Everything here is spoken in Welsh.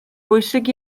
bwysig